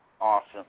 Awesome